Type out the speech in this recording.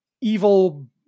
evil